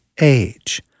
age